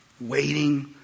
waiting